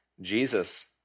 Jesus